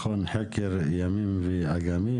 מכון חקר ימים ואגמים,